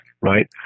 right